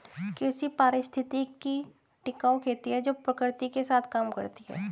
कृषि पारिस्थितिकी टिकाऊ खेती है जो प्रकृति के साथ काम करती है